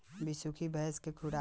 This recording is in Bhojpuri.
बिसुखी भैंस के खुराक का होखे?